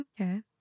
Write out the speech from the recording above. Okay